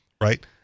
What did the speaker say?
Right